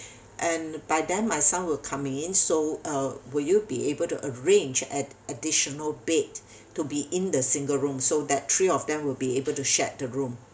and by then my son will come in so uh will you be able to arrange at additional bed to be in the single room so that three of them will be able to shared the room